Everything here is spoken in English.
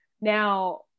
Now